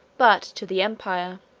but to the empire,